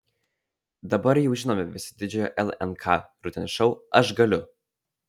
dabar jau žinomi visi didžiojo lnk rudens šou aš galiu